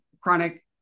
chronic